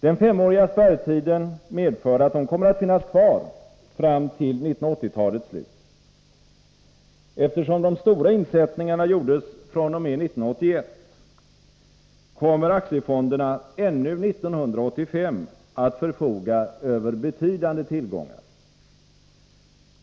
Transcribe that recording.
Den femåriga spärrtiden medför att de kommer att finnas kvar fram till 1980-talets slut. Eftersom de stora insättningarna gjordes fr.o.m. 1981, kommer aktiefonderna ännu 1985 att förfoga över betydande tillgångar.